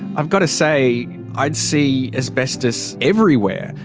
i've got to say i'd see asbestos everywhere.